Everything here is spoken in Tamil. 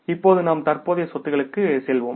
இப்போது நாம் தற்போதைய சொத்துகளுக்கு செல்வோம்